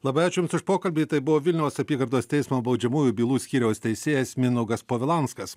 labai ačiū jums už pokalbį tai buvo vilniaus apygardos teismo baudžiamųjų bylų skyriaus teisėjas mindaugas povilanskas